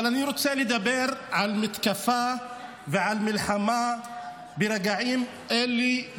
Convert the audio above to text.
אבל אני רוצה לדבר על מתקפה ועל מלחמה ברגעים אלה,